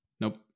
Nope